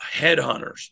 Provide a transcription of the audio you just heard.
headhunters